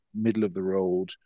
middle-of-the-road